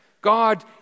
God